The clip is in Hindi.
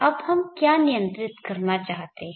अब हम क्या नियंत्रित करना चाहते हैं